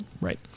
right